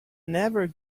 never